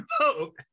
vote